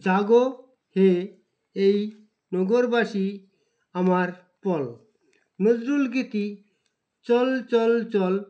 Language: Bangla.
জাগো হয়ে এই নগরবাসী আমার পল নজরুল গতি চল চল চল